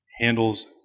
handles